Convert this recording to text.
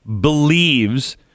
believes